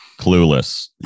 clueless